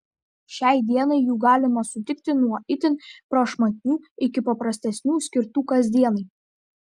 šiai dienai jų galima sutikti nuo itin prašmatnių iki paprastesnių skirtų kasdienai